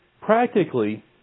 Practically